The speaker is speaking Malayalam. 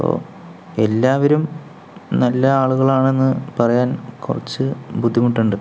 അപ്പോൾ എല്ലാവരും നല്ല ആളുകളാണെന്ന് പറയാൻ കുറച്ച് ബുദ്ധിമുട്ടുണ്ട്